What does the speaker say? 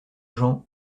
gens